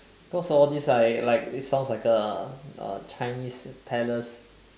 cause of all these like like it sounds like a uh chinese palace